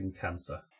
cancer